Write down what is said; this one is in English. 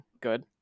good